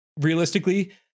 realistically